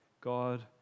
God